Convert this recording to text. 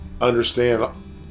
understand